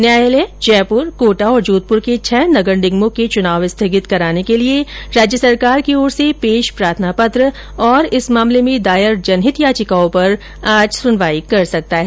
न्यायालय जयपुर कोटा और जोधप्र के छह नगर निगमों के चुनाव स्थगित कराने के लिए राज्य सरकार की ओर से पेश प्रार्थना पत्र और इस मामले में दायर जनहित याचिकाओं पर आज सुनवाई कर सकता है